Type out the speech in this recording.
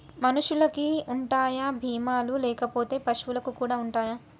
మనుషులకి ఉంటాయా బీమా లు లేకపోతే వస్తువులకు కూడా ఉంటయా?